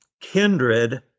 Kindred